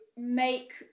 make